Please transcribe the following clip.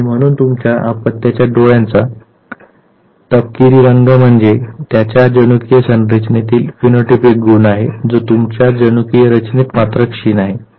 आणि म्हणून तुमच्या अपत्याच्या डोळ्यांचा तपकिरी रंग म्हणजे त्याच्या जनुकीय संरचनेतील फिनोटीपिक गुण आहे जो तुमच्या जनुकीय रचनेत मात्र क्षीण आहे